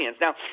Now